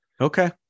Okay